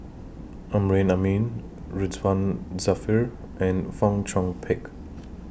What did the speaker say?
Amrin Amin Ridzwan Dzafir and Fong Chong Pik